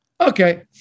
Okay